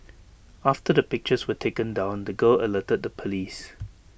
after the pictures were taken down the girl alerted the Police